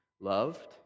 loved